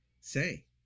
say